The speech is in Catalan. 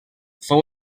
fou